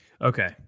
Okay